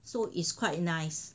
so it's quite nice